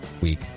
week